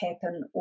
happen